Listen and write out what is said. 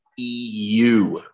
EU